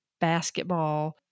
basketball